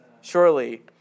surely